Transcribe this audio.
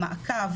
המעקב